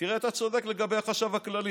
תראה, אתה צודק לגבי החשב הכללי.